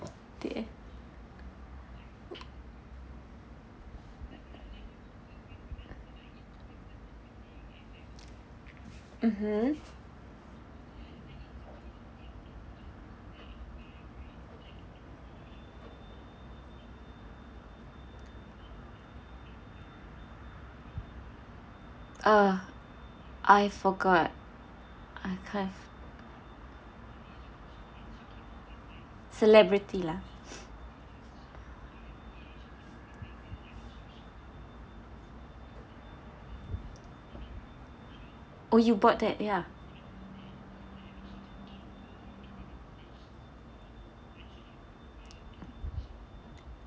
mmhmm ah I forgot I can't celebrity lah oh you bought that ya